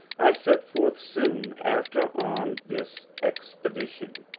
i set forth soon after on this expedition.